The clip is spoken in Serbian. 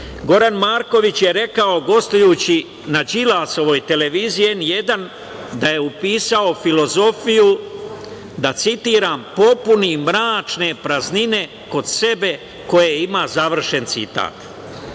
Marković je rekao, gostujući na Đilasovoj televiziji „N1“, da je upisao filozofiju, da citiram – popuni mračne praznine kod sebe koje ima, završen